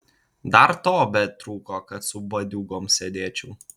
dar to betrūko kad su bandiūgom sėdėčiau